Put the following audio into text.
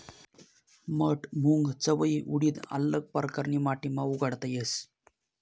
मठ, मूंग, चवयी, उडीद आल्लग परकारनी माटीमा उगाडता येस